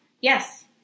yes